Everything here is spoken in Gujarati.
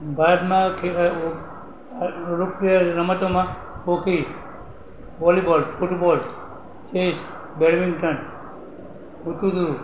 ભારતમાં ખેલાય એવું લોકપ્રિય રમતોમાં hockey volleyball football chess badminton હુતુતુતુ